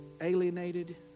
alienated